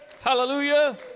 Hallelujah